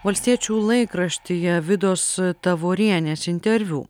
valstiečių laikraštyje vidos tavorienės interviu